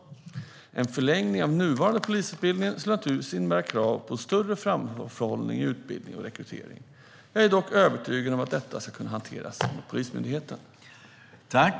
En förlängning av den nuvarande polisutbildningen skulle naturligtvis innebära krav på större framförhållning i utbildning och rekrytering. Jag är dock övertygad om att detta ska kunna hanteras av Polismyndigheten.